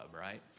right